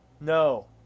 No